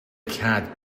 cat